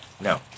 No